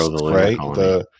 right